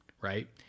right